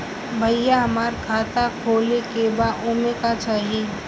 भईया हमार खाता खोले के बा ओमे का चाही?